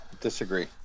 disagree